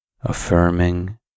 affirming